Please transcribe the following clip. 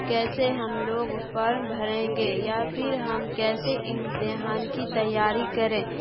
کیسے ہم لوگ فارم بھریں یا پھر ہم کیسے امتحان کی تیاری کریں